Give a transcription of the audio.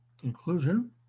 conclusion